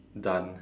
done